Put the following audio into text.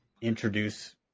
introduce